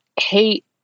hate